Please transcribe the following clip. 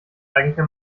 eigentlich